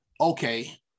okay